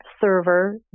server